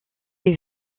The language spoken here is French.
est